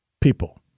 people